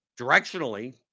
Directionally